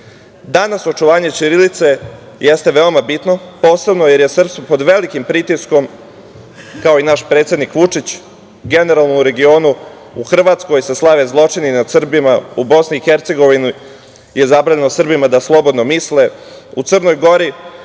očuvanje ćirilice jeste veoma bitno, posebno jer je srpstvo pod velikim pritiskom, kao i naš predsednik Vučić, generalno u regionu, u Hrvatskoj se slave zločini nad Srbima, u BiH je zabranjeno Srbima da slobodno misle, U Crnoj Gori